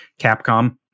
capcom